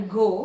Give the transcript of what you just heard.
go